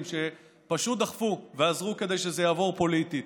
שפשוט דחפו ועזרו כדי שזה יעבור פוליטית,